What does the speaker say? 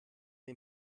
dem